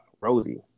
Rosie